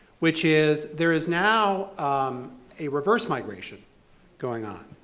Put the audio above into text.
which is, there is now a reverse migration going on,